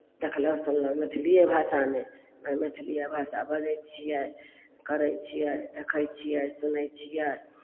देखलहुँ सुनलहुँ मैथिलिए भाषामे आ मैथिलिए भाषा बजै छियै करै छियै देखै छियै सुनै छियै